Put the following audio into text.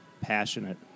passionate